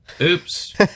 Oops